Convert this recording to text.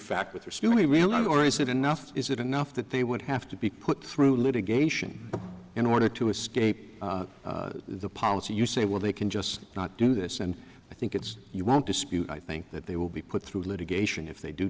really or is it enough is it enough that they would have to be put through litigation in order to escape the policy you say well they can just not do this and i think it's you won't dispute i think that they will be put through litigation if they do